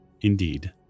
Indeed